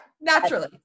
naturally